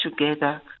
together